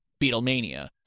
Beatlemania